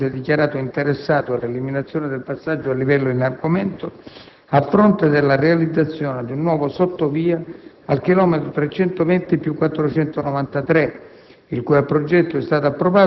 In seguito, lo stesso Comune si è dichiarato interessato all'eliminazione del passaggio a livello in argomento a fronte della realizzazione di un nuovo sottovia al km 320+493,